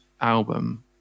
album